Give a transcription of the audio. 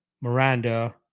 Miranda